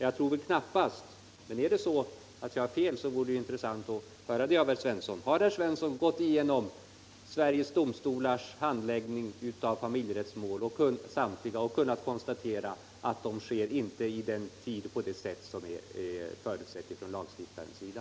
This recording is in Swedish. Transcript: Jag tror knappast — men har jag fel så vore det intressant att höra det — att herr Svensson har gått igenom alla svenska domstolars handläggning av samtliga familjerättsmål och då kunnat konstatera att handläggningen inte sker inom den tid och på det sätt som är förutsatt från lagstiftarens sida.